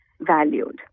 valued